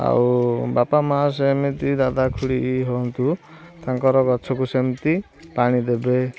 ଆଉ ବାପା ମା ସେମିତି ଦାଦା ଖୁଡ଼ି ହୁଅନ୍ତୁ ତାଙ୍କର ଗଛକୁ ସେମିତି ପାଣି ଦେବେ